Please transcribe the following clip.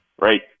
right